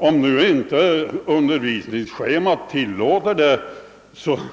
Om undervisningsschemat inte rymmer någon sådan